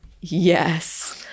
yes